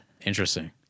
Interesting